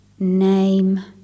name